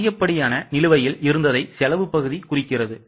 அதிகப்படியான நிலுவையில் இருந்ததை செலவு பகுதி குறிக்கிறது